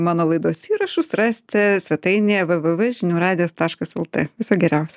mano laidos įrašus rasite svetainėje v v v žinių radijas taškas lt viso geriausio